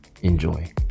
Enjoy